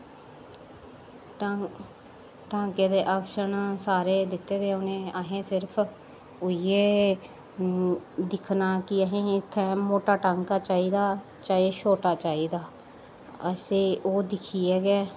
टांके दे आपशन सारे दित्ते दे होने असें सिर्फ ओइयै दिक्खना कि असें मोटा टांका चाहिदा चाहे छोटा चाहिदा असें ओह् दिक्खयै गै